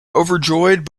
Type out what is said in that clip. overjoyed